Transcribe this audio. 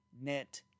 net